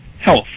health